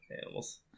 Animals